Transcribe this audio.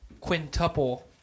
quintuple